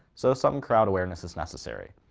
so some crowd awareness is necessary.